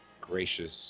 Gracious